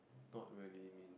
not really mean